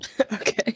Okay